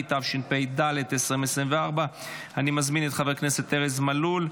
התשפ"ד 2024. אני מזמין את חבר הכנסת ארז מלול,